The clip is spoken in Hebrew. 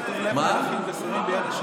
קריאה: זו שאלה הלכתית?